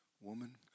Woman